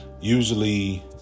usually